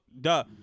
Duh